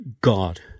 God